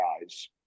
guys